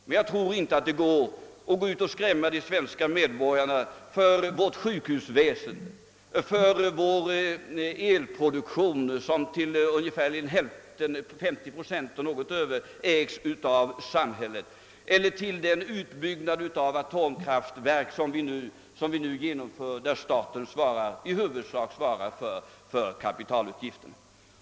Men jag tror inte att det går att skrämma de svenska medborgarna för vårt sjukhusväsende, för vår elproduktion — vilken till något över 50 procent ägs av samhället — eller för den utbyggnad av atomkraftverk som nu genomförs och där staten i huvudsak svarar för kapitalutgifterna.